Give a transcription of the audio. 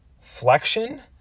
Flexion